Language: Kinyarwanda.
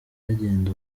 bagenda